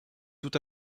tout